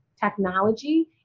technology